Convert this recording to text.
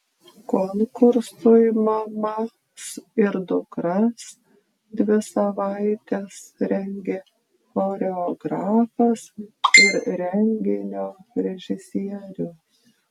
konkursui mamas ir dukras dvi savaites rengė choreografas ir renginio režisierius